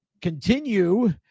continue